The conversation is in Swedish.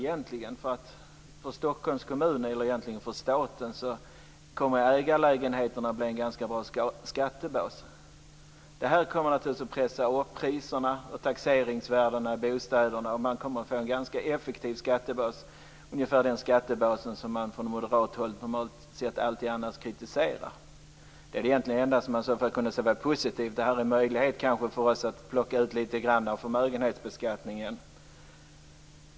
Ägarlägenheterna kommer att bli en bra skattebas för staten. De kommer naturligtvis att pressa upp priserna och taxeringsvärdena av bostäderna. Det kommer att bli en effektiv skattebas, ungefär den skattebas som man från moderat håll normalt sett alltid kritiserar. Detta är egentligen det enda positiva. Det är en möjlighet för oss att plocka ut lite grann av förmögenhetsbeskattningen.